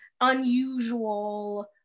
unusual